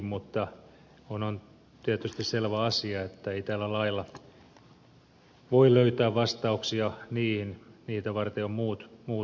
mutta on tietysti selvä asia että ei tällä lailla voi löytää vastauksia niihin niitä varten on muut keinot